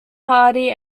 hardy